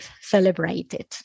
celebrated